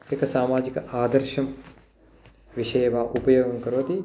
आर्थिकं सामाजिकम् आदर्शं विषयेव उपयोगं करोति